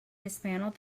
dismantled